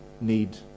need